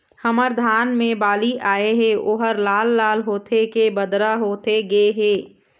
हमर धान मे बाली आए हे ओहर लाल लाल होथे के बदरा होथे गे हे?